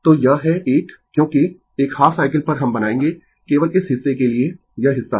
तो यह है एक क्योंकि एक हाफ साइकिल पर हम बनाएंगें केवल इस हिस्से के लिए यह हिस्सा